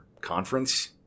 conference